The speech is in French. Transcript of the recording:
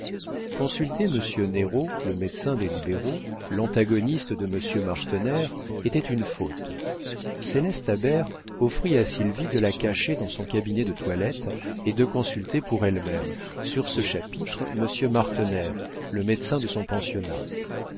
consulter monsieur néraud le médecin des libéraux l'antagoniste de monsieur martener était une faute céleste habert offrit à sylvie de la cacher dans son cabinet de toilette et de consulter pour elle-même sur ce chapitre monsieur martener le médecin de son pensionnat